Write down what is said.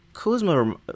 Kuzma